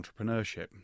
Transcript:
entrepreneurship